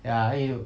ya eh